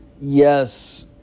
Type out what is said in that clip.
Yes